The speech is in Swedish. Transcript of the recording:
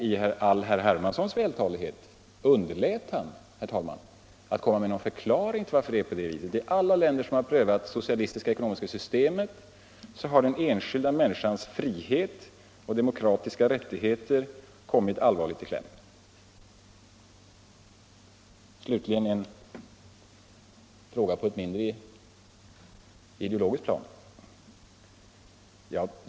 I all herr Hermanssons vältalighet underlät han, herr talman, att komma med någon förklaring till varför i alla länder som prövat det socialistiska ekonomiska systemet den enskilda människans frihet och demokratiska rättigheter kommit allvarligt i kläm. Slutligen vill jag ta upp en fråga på ett mindre ideologiskt plan.